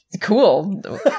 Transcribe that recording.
cool